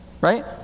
Right